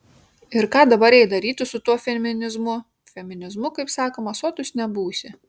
ir ką dabar jai daryti su tuo feminizmu feminizmu kaip sakoma sotus nebūsi